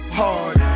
hard